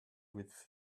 with